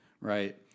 right